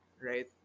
Right